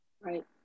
Right